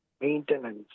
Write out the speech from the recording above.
maintenance